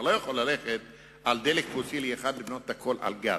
אתה לא יכול ללכת על דלק פוסילי אחד ולבנות הכול על גז.